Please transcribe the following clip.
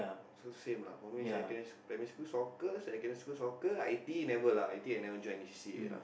so same lah for me second primary school soccer secondary soccer I_T_E never lah I_T_E I never join any C_C_A lah